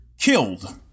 killed